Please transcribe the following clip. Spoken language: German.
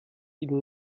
ihnen